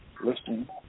listening